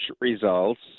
results